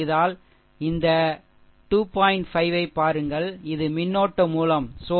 5 ஐப் பாருங்கள் இது மின்னோட்ட மூலம்சோர்ஷ் 2